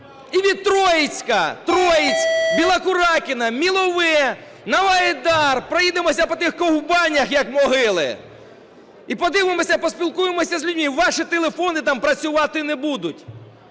(Троїцьке, Білокуракине, Мілове, Новоайдар) проїдемося по тих ковбанях, як могили, і подивимося, поспілкуємося з людьми. Ваші телефони там працювати не будуть.